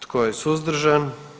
Tko je suzdržan?